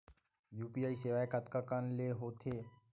UPI सेवाएं कतका कान ले हो थे?